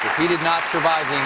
he did not survive the